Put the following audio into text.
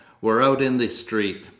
were out in the street.